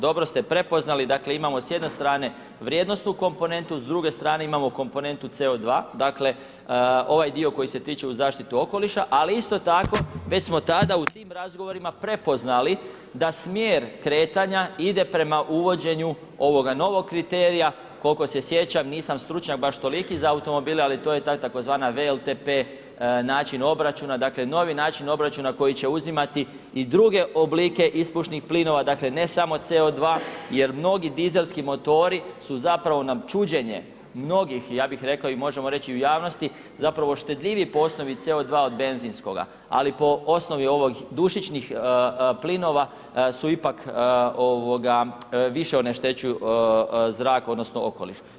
Dobro ste prepoznali dakle, imamo s jedne strane vrijednosnu komponentu, s druge strane imamo komponentu CO2, dakle ovaj dio koji se tiče uz zaštitu okoliša, ali isto tako već smo tada u tim razgovorima prepoznali da smjer kretanja ide prema uvođenja ovog novog kriterija, koliko se sjećam, nisam stručnjak baš toliki za automobile ali to je tzv. VLTP način obračuna dakle novi način proračuna koji će uzimati u druge oblike ispušnih plinova, dakle ne samo CO2 jer mnogi dizelski motori su zapravo nam čuđenje mnogih, ja bi rekao i možemo reći i u javnosti, zapravo štedljiviji po osnovi CO2 od benzinskoga ali po osnovi ovih dušičnih plinova su ipak više oneštećuju zrak odnosno okoliš.